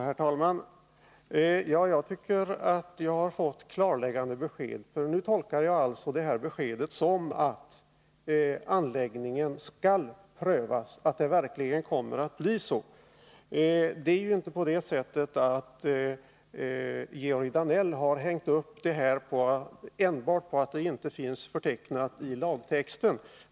Herr talman! Jag tycker att jag har fått klarläggande besked. Nu tolkar jag detta besked så att anläggningen verkligen skall prövas. Det är inte på det sättet att Georg Danell har hängt upp sitt uttalande enbart på att detta inte finns förtecknat i lagtexten.